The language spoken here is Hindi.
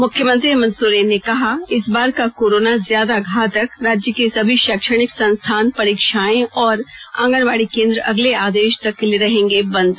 मुख्यमंत्री हेमंत सोरेन ने कहा इस बार का कोरोना ज्यादा घातक राज्य के सभी शैक्षणिक संस्थान परीक्षाएं और आंगनबाड़ी केंद्र अगले आदेश तक के लिए रहेंगे बंद